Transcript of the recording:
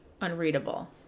unreadable